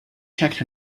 checked